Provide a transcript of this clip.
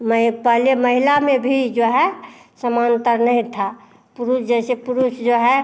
मैं पहले महिला में भी जो है समांतर नहीं था पुरुस जैसे पुरुष जो है